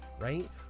right